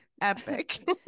epic